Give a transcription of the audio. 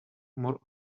more